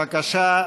בבקשה,